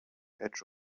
edge